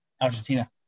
Argentina